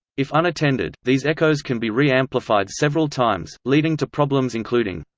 if unattended, these echoes can be re-amplified several times, leading to problems including